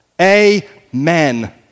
Amen